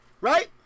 Right